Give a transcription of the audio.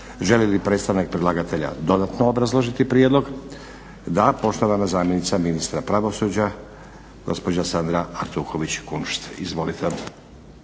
Želi li predstavnik predlagatelja dodatno obrazložiti prijedlog? Da. Poštovana zamjenica ministra pravosuđa gospođa Sandra Artuković Kunšt. Izvolite.